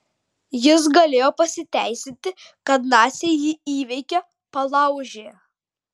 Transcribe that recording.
jis galėjo pasiteisinti kad naciai jį įveikė palaužė